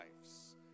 lives